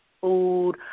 food